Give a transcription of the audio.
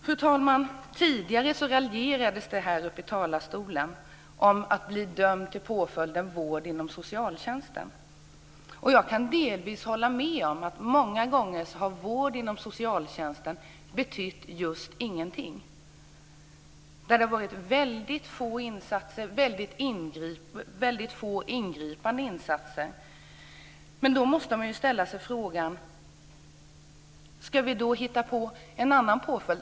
Det raljerades tidigare här i dag från talarstolen, fru talman, om att bli dömd till påföljden vård inom socialtjänsten. Och jag kan delvis hålla med om att vård inom socialtjänsten många gånger har betytt just ingenting. Det har varit få ingripande insatser. Då måste man ställa sig frågorna: Ska vi hitta på en annan påföljd?